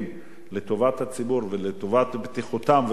לטובת הציבור ולטובת בטיחותם וביטחונם,